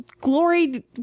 Glory